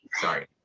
Sorry